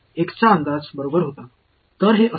ஏனென்றால் அது வேர்